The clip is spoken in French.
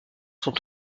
sont